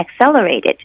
accelerated